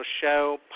show